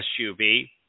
SUV